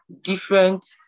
different